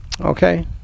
Okay